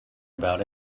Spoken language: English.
about